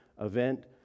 event